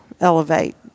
elevate